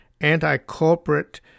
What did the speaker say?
anti-corporate